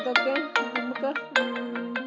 അതൊക്കെ നമുക്ക്